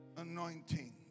anointing